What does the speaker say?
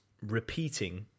repeating